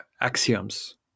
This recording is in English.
axioms